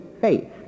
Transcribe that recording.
Faith